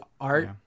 art